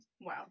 Wow